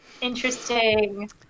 interesting